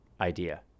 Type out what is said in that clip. idea